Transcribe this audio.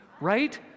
right